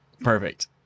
Perfect